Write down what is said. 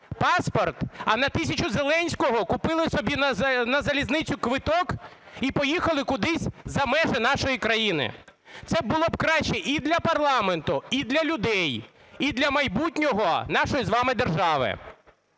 паспорт, а на тисячу Зеленського купили собі на залізницю квиток і поїхали кудись за межі нашої країни. Це було б краще і для парламенту, і для людей, і для майбутнього нашої з вами держави.